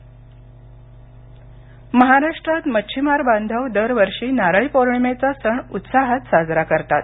नारळी पौर्णिमा महाराष्ट्रात मच्छिमार बांधव दरवर्षी नारळी पौर्णिमेचा सण उत्साहात साजरा करतात